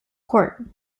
court